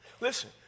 Listen